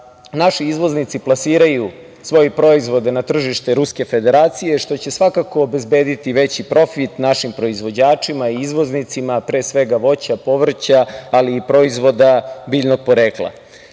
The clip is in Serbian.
naši izvoznici plasiraju svoje proizvode na tržište Ruske Federacije, što će svakako obezbediti veći profit našim proizvođačima i izvoznicima, pre svega voća, povrća, ali i proizvoda biljnog porekla. Cilj